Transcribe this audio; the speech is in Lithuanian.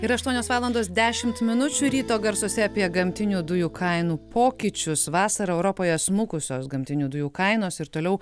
yra aštuonios valandos dešimt minučių ryto garsuose apie gamtinių dujų kainų pokyčius vasarą europoje smukusios gamtinių dujų kainos ir toliau